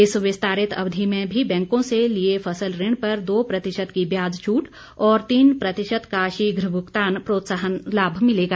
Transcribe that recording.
इस विस्तारित अवधि में भी बैंकों से लिए फसल ऋण पर दो प्रतिशत की ब्याज छूट और तीन प्रतिशत का शीघ्र भुगतान प्रोत्साहन लाभ मिलेगा